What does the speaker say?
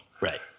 right